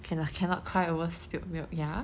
K lah cannot cry over spilt milk ya